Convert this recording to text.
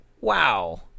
Wow